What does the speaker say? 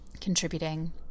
contributing